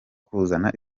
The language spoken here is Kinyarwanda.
kuzana